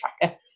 tracker